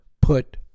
put